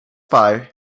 buy